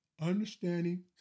understanding